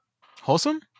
Wholesome